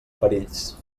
perills